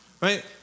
right